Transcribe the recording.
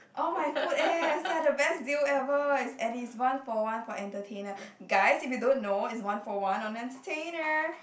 all my food apps they are the best deal ever and is one for one for entertainer guys if you don't know it's one for one on entertainer